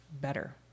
better